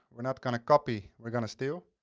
we're not gonna copy, we're gonna steal.